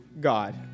God